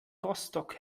rostock